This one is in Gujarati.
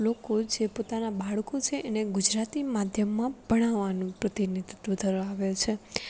લોકો જે પોતાનાં બાળકો છે એને ગુજરાતી માધ્યમમાં ભણાવવાનું પ્રતિનિધિત્ત્વ ધરાવે છે